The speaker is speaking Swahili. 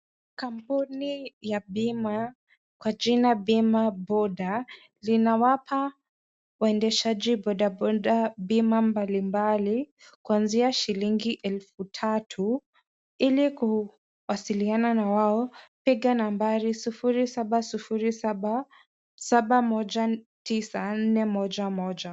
Kampuni ya bima kwa jina Bima Boda linawapa waendeshaji bodaboda bima mbali mbali, kwaanzia shilingi elfu tatu ili kuwasiliana na wao piga nambari 0707719411.